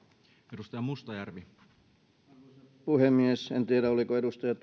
arvoisa puhemies en tiedä oliko edustaja